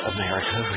America